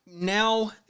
now